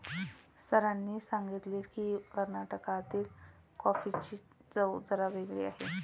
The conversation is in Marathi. सरांनी सांगितले की, कर्नाटकातील कॉफीची चव जरा वेगळी आहे